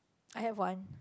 I have one